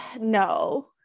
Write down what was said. no